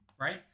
right